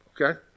okay